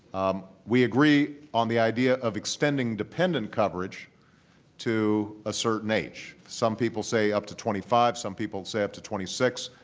we agree on the idea of extending dependent coverage to a certain age. some people say up to twenty five, some people say up to twenty six,